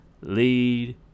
lead